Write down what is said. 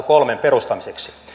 kolmen perustamiseksi